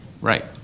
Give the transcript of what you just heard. Right